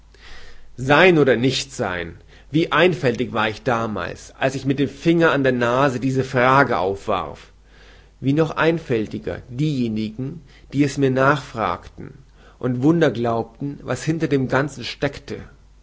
sein oder nichtsein wie einfältig war ich damals als ich mit dem finger an der nase diese frage aufwarf wie noch einfältiger diejenigen die es mir nachfragten und wunder glaubten was hinter dem ganzen steckte